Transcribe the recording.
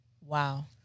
Wow